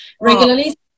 regularly